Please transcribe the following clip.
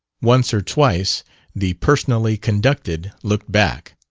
once or twice the personally conducted looked back.